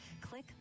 click